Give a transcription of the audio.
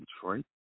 Detroit